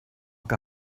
que